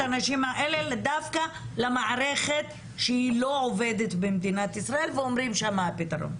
הנשים האלה דווקא למערכת שאינה עובדת במדינת ישראל ואומרים ששם הפתרון.